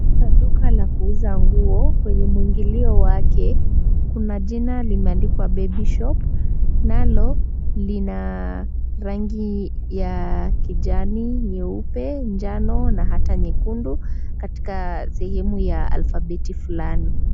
Katika duka la kuuza nguo, kwenye mwingilio wake, kuna jina limeandikwa baby shop , nalo lina rangi ya kijani, nyeupe, njano na hata nyekundu katika sehemu ya alfabeti fulani.